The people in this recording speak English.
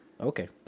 Okay